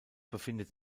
befindet